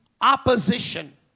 opposition